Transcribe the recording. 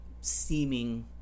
seeming